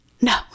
No